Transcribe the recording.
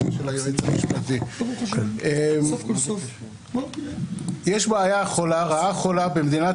יש רעה חולה במדינת